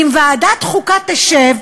אם ועדת החוקה תשב,